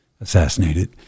assassinated